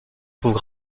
trouve